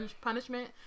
punishment